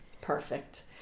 Perfect